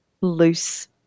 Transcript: loose